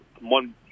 one